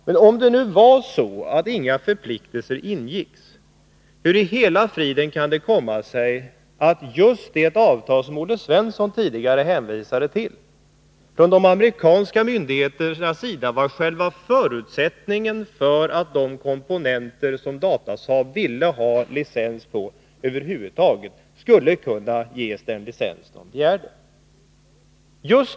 Men om det var så att inga förpliktelser ingicks, hur i hela friden kan det då komma sig att just det regeringsavtal med de amerikanska myndigheterna som Olle Svensson tidigare hänvisade till var själva förutsättningen för att Datasaab över huvud taget skulle få licens på de komponenter man begärde?